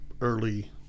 early